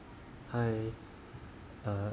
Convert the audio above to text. Hi err